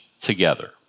together